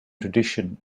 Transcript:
tradition